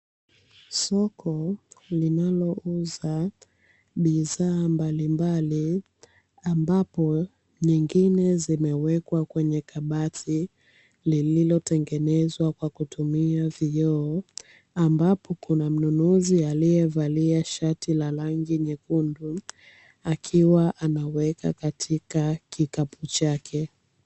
Soko linalouza bidhaa mbalimbali ambapo nyingine zimewekwa kwenye kabati lililotengenezwa kwa kutumia vioo, ambapo kuna mnunuzi aliyevalia shati la rangi nyekundu akiwa anaweka katika kikapu chake.